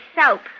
soap